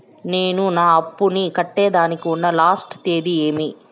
నేను నా అప్పుని కట్టేదానికి ఉన్న లాస్ట్ తేది ఏమి?